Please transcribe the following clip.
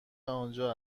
آنجا